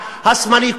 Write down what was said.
השמאלי,